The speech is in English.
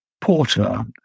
porter